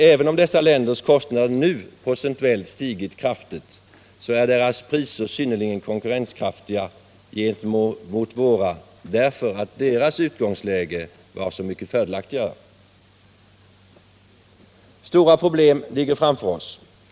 Även om dessa länders = Nr 41 kostnader nu procentuellt stigit kraftigt, så är deras priser synnerligen Onsdagen den konkurrenskraftiga gentemot våra, därför att deras utgångsläge var så 7 december 1977 mycket fördelaktigare. rk Stora problem ligger framför oss.